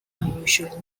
unusual